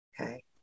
okay